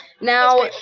Now